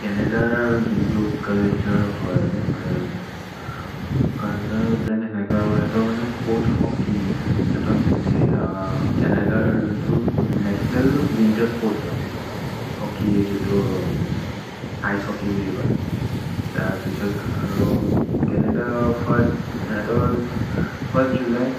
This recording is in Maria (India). छनद अर् जुन्दु चुल्तुरे होइ, चुल्तुरे देन् एक हतर् मने स्पोर्त्स् होच्केय्, छनद अर् जुन्दु नतिओनल् विन्तेर् स्पोर्त्स् होइ। होच्केय्, जुन्दु इचे होच्केय् बिरि होइ, छनद फिर्स्त् जुल्य्,